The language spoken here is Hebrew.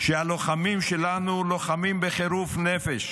שהלוחמים שלנו לוחמים בחירוף נפש,